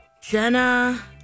Jenna